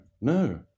no